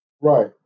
Right